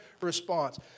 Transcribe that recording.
response